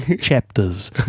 chapters